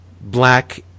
black